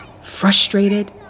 frustrated